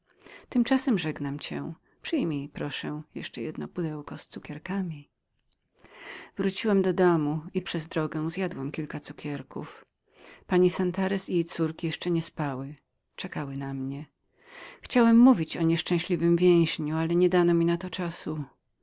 tymczasem żegnam cię przyjm na drogę to pudełko z cukierkami wróciłem do domu i przez drogę zjadłem kilka cukierków pani santarez i jej córki jeszcze nie spały czekały na mnie chciałem mówić o nieszczęśliwym więźniu ale nie dano mi na to czasu